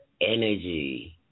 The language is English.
energy